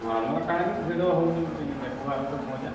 ନୂଆ ନୂଆ କଣକେ ଭିଡ଼ ହେଉଛି ବୋଲିକିରି ଦେଖିବାର ଗୋଟେ ମଜା